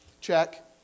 Check